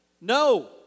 No